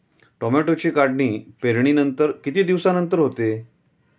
टोमॅटोची काढणी पेरणीनंतर किती दिवसांनंतर होते?